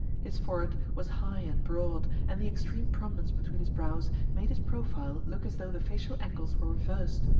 his forehead was high and broad, and the extreme prominence between his brows made his profile look as though the facial angles were reversed,